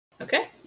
Okay